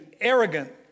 arrogant